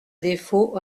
défaut